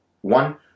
One